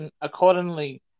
accordingly